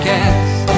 Cast